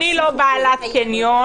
אני לא בעלת קניון.